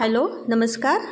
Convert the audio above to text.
hello नमस्कार